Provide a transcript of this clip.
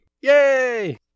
Yay